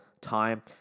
time